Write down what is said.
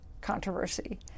controversy